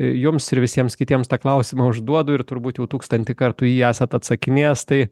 jums ir visiems kitiems tą klausimą užduodu ir turbūt jau tūkstantį kartų į jį esat atsakinėjęs tai